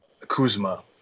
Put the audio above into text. Kuzma